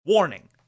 Warning